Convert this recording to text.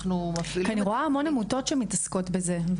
כי אני רואה המון עמותות שמתעסקות בזה.